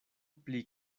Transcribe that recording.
pli